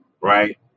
right